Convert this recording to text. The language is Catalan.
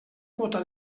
quota